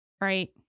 Right